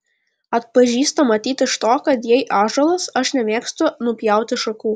atpažįsta matyt iš to kad jei ąžuolas aš nemėgstu nupjauti šakų